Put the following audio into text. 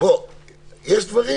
יש דברים